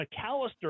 McAllister